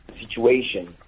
situation